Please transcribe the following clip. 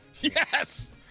Yes